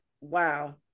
wow